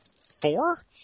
four